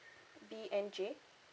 B E N J